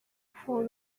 for